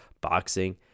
boxing